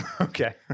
Okay